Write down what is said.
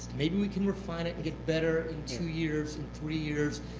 maybe we can refine it and get better in two years, in three years,